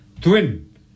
twin